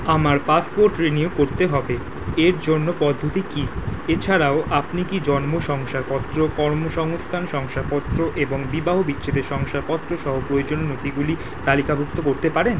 আমার passport renew করতে হবে এর জন্য পদ্ধতি কী এছাড়াও আপনি কি জন্ম শংসাপত্র কর্মসংস্থান শংসাপত্র এবং বিবাহবিচ্ছেদের শংসাপত্র সহ প্রয়োজনীয় নথিগুলি তালিকাভুক্ত করতে পারেন